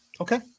Okay